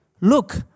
look